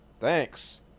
Thanks